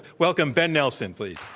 welcome ben nelson, please.